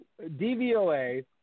DVOA